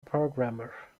programmer